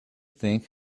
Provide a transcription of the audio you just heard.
think